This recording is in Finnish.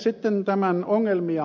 sitten tämän ongelmia